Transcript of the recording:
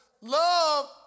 love